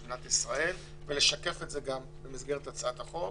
מדינת ישראל ולשקף את זה גם במסגרת הצעת החוק,